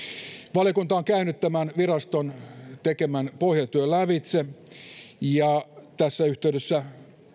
valiokunta on käynyt tämän viraston tekemän pohjatyön lävitse tässä yhteydessä